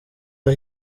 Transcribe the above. aho